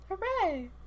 Hooray